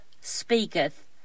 speaketh